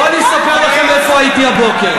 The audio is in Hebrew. בואו אני אספר לכם איפה הייתי הבוקר.